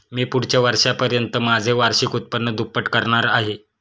मी पुढच्या वर्षापर्यंत माझे वार्षिक उत्पन्न दुप्पट करणार आहे